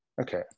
Okay